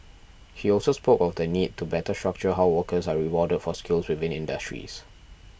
he also spoke of the need to better structure how workers are rewarded for skills within industries